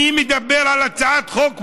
אני מדבר על הצעת חוק מוסרית,